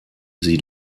sie